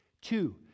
Two